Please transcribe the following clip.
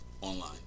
online